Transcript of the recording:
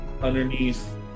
Underneath